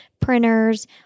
printers